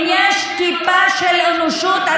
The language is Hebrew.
אם יש טיפה של אנושות,